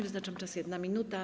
Wyznaczam czas - 1 minuta.